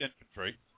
Infantry